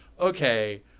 okay